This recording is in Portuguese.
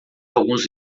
alguns